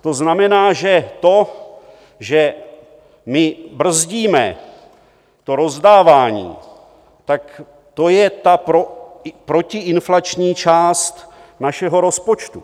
To znamená, že to, že my brzdíme to rozdávání, tak to je ta protiinflační část našeho rozpočtu.